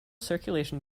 circulation